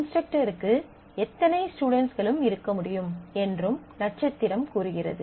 இன்ஸ்ட்ரக்டருக்கு எத்தனை ஸ்டுடென்ட்களும் இருக்க முடியும் என்றும் நட்சத்திரம் கூறுகிறது